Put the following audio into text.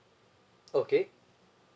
okay